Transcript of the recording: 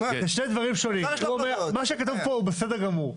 מה שכתוב כאן, זה בסדר גמור.